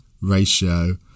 ratio